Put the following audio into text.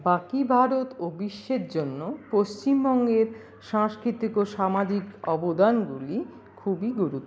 বাকি ভারত ও বিশ্বের জন্য পশ্চিমবঙ্গের সংস্কৃতিক ও সামাজিক অবদানগুলি খুবই গুরুত্বপূর্ণ